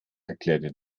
erklärte